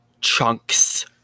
Chunks